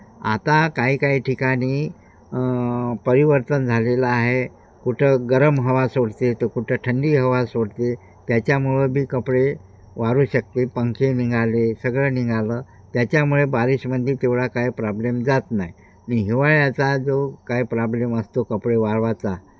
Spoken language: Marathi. आता काही काही ठिकाणी परिवर्तन झालेलं आहे कुठं गरम हवा सोडते तर कुठं थंड हवा सोडते त्याच्यामुळं बी कपडे वाळू शकते पंखे निघाले सगळं निघालं त्याच्यामुळे बारिशमध्ये तेवढा काय प्रॉब्लेम जात नाही आणि हिवाळ्याचा जो काय प्रॉब्लेम असतो कपडे वाळवायचा